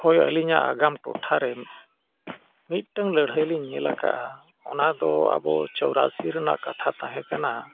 ᱦᱳᱭ ᱟᱹᱞᱤᱧᱟᱜ ᱟᱜᱟᱢ ᱴᱚᱴᱷᱟ ᱨᱮᱱ ᱢᱤᱫᱴᱟᱝ ᱞᱟᱹᱲᱦᱟᱹᱭ ᱞᱤᱧ ᱧᱮᱞ ᱟᱠᱟᱫᱟ ᱚᱱᱟᱫᱚ ᱟᱵᱚ ᱪᱚᱣᱨᱟᱥᱤ ᱨᱮᱱᱟᱜ ᱠᱟᱛᱷᱟ ᱛᱟᱦᱮᱸ ᱠᱟᱱᱟ